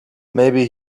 maybe